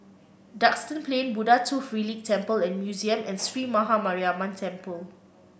Duxton Plain Buddha Tooth Relic Temple and Museum and Sree Maha Mariamman Temple